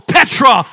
Petra